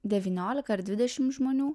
devyniolika ar dvidešim žmonių